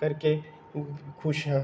ਕਰਕੇ ਖੁਸ਼ ਹਾਂ